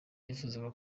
yifuzaga